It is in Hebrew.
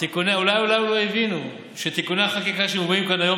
אולי הם לא הבינו שתיקוני החקיקה שמובאים כאן היום